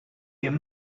your